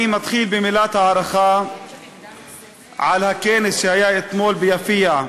אני מתחיל במילת הערכה לכבוד השר על הכנס שהיה אתמול ביפיע.